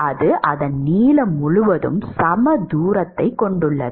அது அதன் நீளம் முழுவதும் சம தூரத்தைக் கொண்டுள்ளது